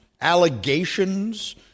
allegations